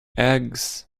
eggs